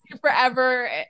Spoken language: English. forever